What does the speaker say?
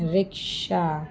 rickshaw